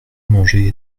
mangé